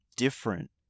different